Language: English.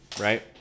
right